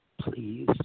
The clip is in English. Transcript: please